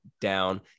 down